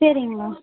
சரிங்க மேம்